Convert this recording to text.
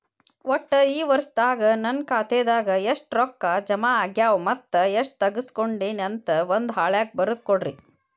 ಒಟ್ಟ ಈ ವರ್ಷದಾಗ ನನ್ನ ಖಾತೆದಾಗ ಎಷ್ಟ ರೊಕ್ಕ ಜಮಾ ಆಗ್ಯಾವ ಮತ್ತ ಎಷ್ಟ ತಗಸ್ಕೊಂಡೇನಿ ಅಂತ ಒಂದ್ ಹಾಳ್ಯಾಗ ಬರದ ಕೊಡ್ರಿ